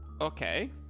Okay